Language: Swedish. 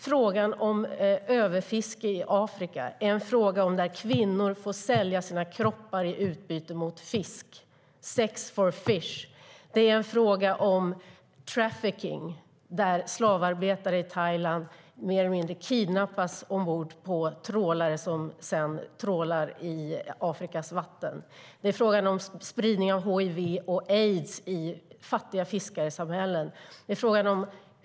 Frågan om överfiske i Afrika handlar om att kvinnor får sälja sina kroppar i utbyte mot fisk - sex for fish. Det är en fråga om trafficking, där slavarbetare i Thailand mer eller mindre kidnappas ombord på trålare som sedan trålar i Afrikas vatten. Det är en fråga om spridning av hiv och aids i fattiga fiskesamhällen.